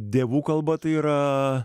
dievų kalba tai yra